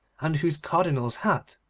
and whose cardinal's hat,